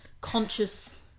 conscious